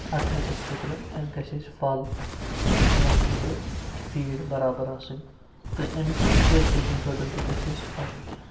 اَتھ ہیچَس خٲطرٕ اَسہِ گژھِ اَسہِ پھل تہٕ یِمَن خٲطرٕ فیٖڈ بَرابر آسٕنۍ تہٕ اَمِکۍ کِیر ٹیکِنٛگ خٲطرٕ تہِ گژھِ اَسہِ اَکھ